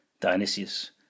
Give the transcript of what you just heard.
Dionysius